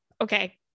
okay